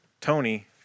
Tony